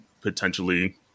potentially